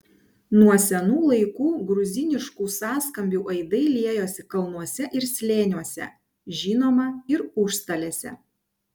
nuo senų laikų gruziniškų sąskambių aidai liejosi kalnuose ir slėniuose žinoma ir užstalėse